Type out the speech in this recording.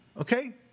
Okay